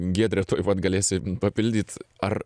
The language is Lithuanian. giedre tuoj vat galėsi papildyt ar